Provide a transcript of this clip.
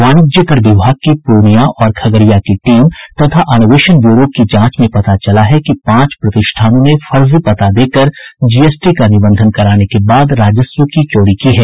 वाणिज्य कर विभाग की पूर्णिया और खगड़िया की टीम तथा अन्वेषण ब्यूरो की जांच में पता चला है कि पांच प्रतिष्ठानों ने फर्जी पता देकर जीएसटी का निबंधन कराने के बाद राजस्व की चोरी की है